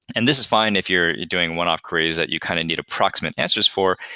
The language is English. and this is fine if you're doing one-off craze that you kind of need approximate answers for,